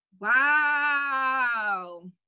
Wow